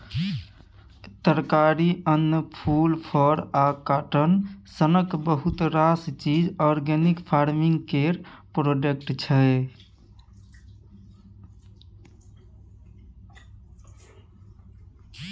तरकारी, अन्न, फुल, फर आ काँटन सनक बहुत रास चीज आर्गेनिक फार्मिंग केर प्रोडक्ट छै